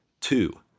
two